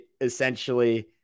essentially